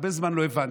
הרבה זמן לא הבנתי.